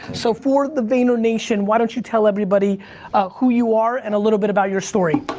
so for the vayner nation, why don't you tell everybody who you are and a little bit about your story?